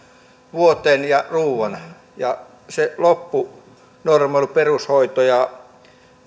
vuoteen ja ruoan ja se loppu normaali perushoito ja